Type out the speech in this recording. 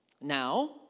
Now